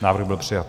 Návrh byl přijat.